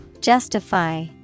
Justify